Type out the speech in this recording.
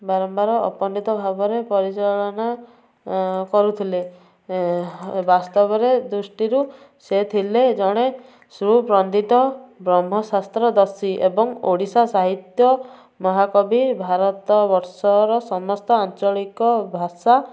ବାରମ୍ବାର ଅପଣ୍ଡିତ ଭାବରେ ପରିଚାଳନା କରୁଥିଲେ ବାସ୍ତବରେ ଦୃଷ୍ଟିରୁ ସେ ଥିଲେ ଜଣେ ସୁପଣ୍ଡିତ ବ୍ରହ୍ମହଶାସ୍ତ୍ର ଦର୍ଶୀ ଏବଂ ଓଡ଼ିଶା ସାହିତ୍ୟ ମହାକବି ଭାରତବର୍ଷର ସମସ୍ତ ଆଞ୍ଚଳିକ ଭାଷା